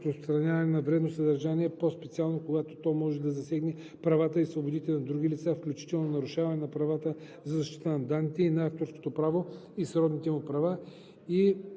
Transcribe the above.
разпространяване на вредно съдържание, по-специално когато то може да засегне правата и свободите на други лица, включително нарушаване на правата за защита на данните и на авторското право и сродните му права,